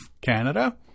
Canada